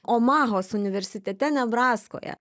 omahos universitete nebraskoje